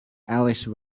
alice